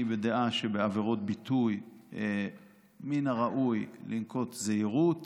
אני בדעה שבעבירות ביטוי מן הראוי לנקוט זהירות